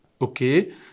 Okay